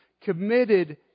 committed